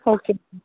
okay